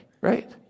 right